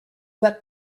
that